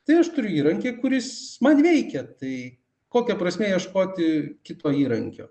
tai aš turiu įrankį kuris man veikia tai kokia prasmė ieškoti kito įrankio